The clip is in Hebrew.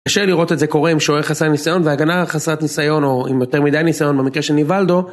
קשה לראות את זה קורה עם שוער חסר ניסיון והגנה חסרת ניסיון או עם יותר מדי ניסיון במקרה של ריבאלדו